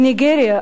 בניגריה,